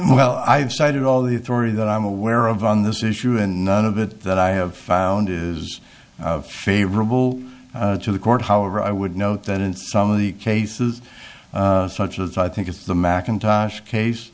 well i've cited all the authority that i'm aware of on this issue and none of it that i have found is favorable to the court however i would note that in some of the cases such as i think it's the mackintosh case